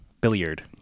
Billiard